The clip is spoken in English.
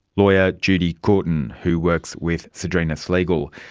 lawyer judy courtin, who works with sdrinis legal.